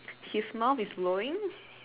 his mouth is blowing